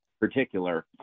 particular